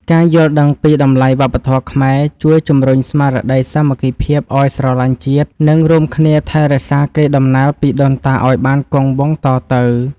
ការយល់ដឹងពីតម្លៃវប្បធម៌ខ្មែរជួយជម្រុញស្មារតីសាមគ្គីភាពឱ្យស្រឡាញ់ជាតិ និង រួមគ្នាថែរក្សាកេរដំណែលពីដូនតាឱ្យបានគង់វង្សតទៅ។